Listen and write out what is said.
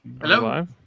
hello